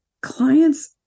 clients